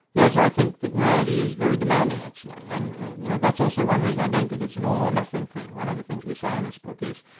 yes, i think that morality is very demanding actually. and that's also one reason i don't think it's an all-or-nothing thing. one of the things we say in this book is,